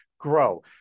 grow